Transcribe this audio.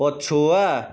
ପଛୁଆ